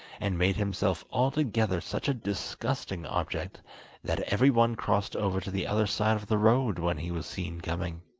and made himself altogether such a disgusting object that every one crossed over to the other side of the road when he was seen coming.